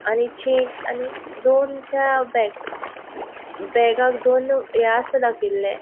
आनी चेन आनी दोन त्या बेगाक दोन हें आसा दाखयल्लें